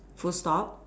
full stop